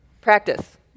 practice